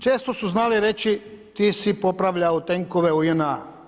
Često su znali reći: ti si popravljao tenkove u JNA.